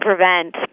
prevent